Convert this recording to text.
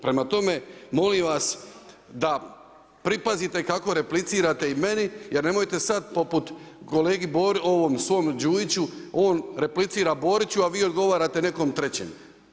Prema tome, molim vas da pripazite kako replicirate i meni, jer nemojte sada poput kolegi, svom Đujiću, on replicira Boriću a vi odgovarate nekom trećem.